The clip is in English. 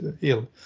ill